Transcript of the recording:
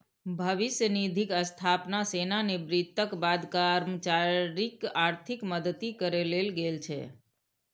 भविष्य निधिक स्थापना सेवानिवृत्तिक बाद कर्मचारीक आर्थिक मदति करै लेल गेल छै